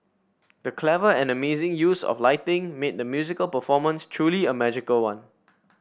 the clever and amazing use of lighting made the musical performance truly a magical one